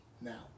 now